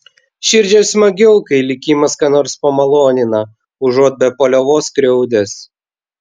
širdžiai smagiau kai likimas ką nors pamalonina užuot be paliovos skriaudęs